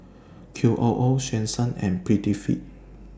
Q O O Swensens and Prettyfit